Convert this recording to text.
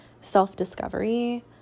self-discovery